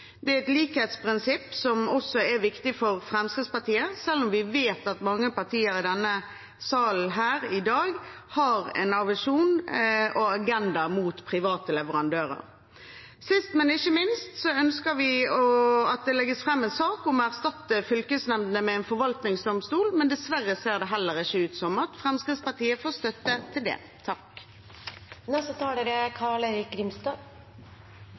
Det er et likhetsprinsipp som også er viktig for Fremskrittspartiet, selv om vi vet at mange partier i denne salen i dag har en aversjon og en agenda mot private leverandører. Sist, men ikke minst ønsker vi at det legges fram en sak om å erstatte fylkesnemndene med en forvaltningsdomstol, men dessverre ser det ikke ut til at Fremskrittspartiet får støtte til det heller. La meg bare innledningsvis slå fast når det gjelder den omtalte Færder-modellen, at det er